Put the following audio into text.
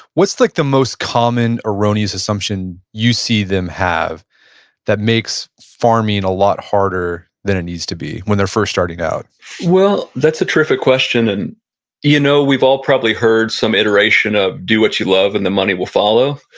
what's like the most common erroneous assumption you see them have that makes farming a lot harder than it needs to be when they're first starting out? forrest pritchard well, that's a terrific question. and you know we've all probably heard some iteration of do what you love and the money will follow.